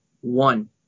One